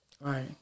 Right